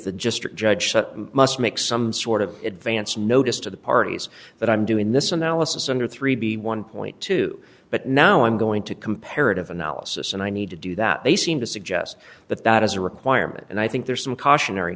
just judge sutton must make some sort of advance notice to the parties that i'm doing this analysis under three b one dollar but now i'm going to comparative analysis and i need to do that they seem to suggest that that is a requirement and i think there's some cautionary